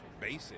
basic